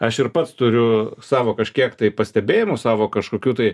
aš ir pats turiu savo kažkiek tai pastebėjimų savo kažkokių tai